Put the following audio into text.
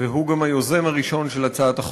וקבוצת חברי כנסת.